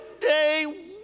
day